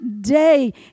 day